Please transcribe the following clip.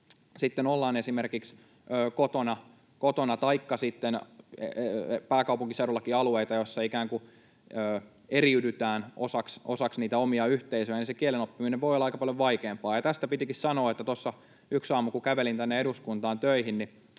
sitten ollaan esimerkiksi kotona taikka sitten pääkaupunkiseudullakin alueilla, joilla ikään kuin eriydytään osaksi niitä omia yhteisöjä, se kielen oppiminen voi olla aika paljon vaikeampaa. Tästä pitikin sanoa, että tuossa yksi aamu, kun kävelin tänne eduskuntaan töihin, tuli